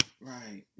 right